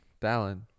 Dallin